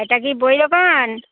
এটা কি বই দোকান